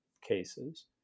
cases